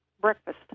breakfast